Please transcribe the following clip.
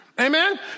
Amen